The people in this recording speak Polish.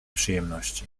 przyjemności